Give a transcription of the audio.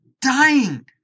dying